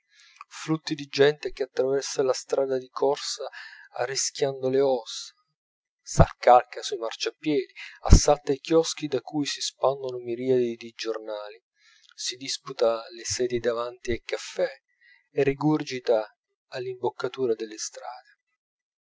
flutti di gente che attraversa la strada di corsa arrischiando le ossa s'accalca sui marciapiedi assalta i chioschi da cui si spandono miriadi di giornali si disputa le sedie davanti ai caffè e rigurgita all'imboccatura delle strade